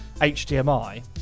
HDMI